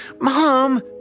Mom